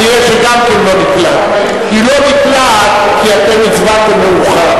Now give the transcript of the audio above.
39 בעד, אין מתנגדים, אין נמנעים.